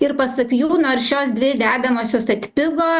ir pasak jų nors šios dvi dedamosios atpigo